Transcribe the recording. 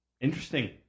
interesting